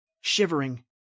shivering